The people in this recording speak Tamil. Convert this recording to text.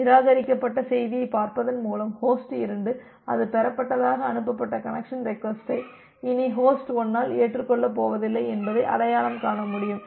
நிராகரிக்கப்பட்ட செய்தியைப் பார்ப்பதன் மூலம் ஹோஸ்ட் 2 அது பெறப்பட்டதாக அனுப்பப்பட்ட கனெக்சன் ரெக்வஸ்ட்டை இனி ஹோஸ்ட் 1 ஆல் ஏற்றுக்கொள்ளப் போவதில்லை என்பதை அடையாளம் காண முடியும்